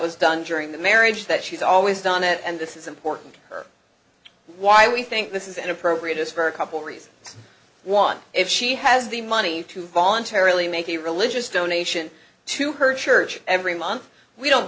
was done during the marriage that she's always done it and this is important to her why we think this is an appropriate is for a couple reasons one if she has the money to voluntarily make a religious donation to her church every month we don't